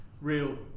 real